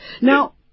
Now